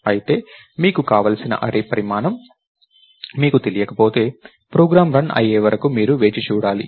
అయితే మీకు కావలసిన అర్రే పరిమాణం మీకు తెలియకపోతే ప్రోగ్రామ్ రన్ అయ్యే వరకు మీరు వేచి ఉండాలి